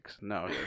No